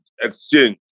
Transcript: exchange